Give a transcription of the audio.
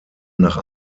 nach